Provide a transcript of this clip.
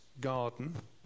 garden